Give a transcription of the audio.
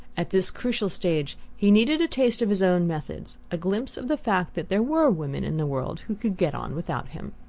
at this crucial stage he needed a taste of his own methods, a glimpse of the fact that there were women in the world who could get on without him.